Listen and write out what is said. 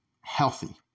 healthy